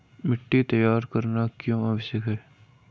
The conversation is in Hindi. मिट्टी तैयार करना क्यों आवश्यक है?